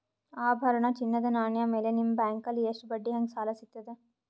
ಆಭರಣ, ಚಿನ್ನದ ನಾಣ್ಯ ಮೇಲ್ ನಿಮ್ಮ ಬ್ಯಾಂಕಲ್ಲಿ ಎಷ್ಟ ಬಡ್ಡಿ ಹಂಗ ಸಾಲ ಸಿಗತದ?